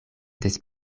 des